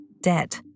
dead